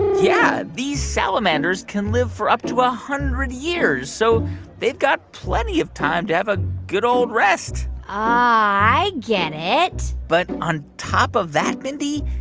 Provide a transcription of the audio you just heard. yeah. these salamanders can live for up to a hundred years. so they've got plenty of time to have a good old rest ah, i get it but on top of that, mindy,